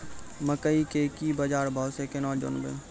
मकई के की बाजार भाव से केना जानवे?